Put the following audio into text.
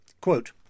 Quote